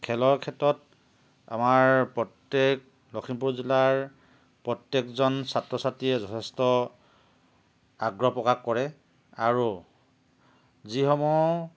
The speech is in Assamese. খেলৰ ক্ষেত্ৰত আমাৰ প্ৰত্যেক লখিমপুৰ জিলাৰ প্ৰত্যেকজন ছাত্ৰ ছাত্ৰীয়ে যথেষ্ট আগ্ৰহ প্ৰকাশ কৰে আৰু যিসমূহ